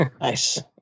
Nice